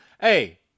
Hey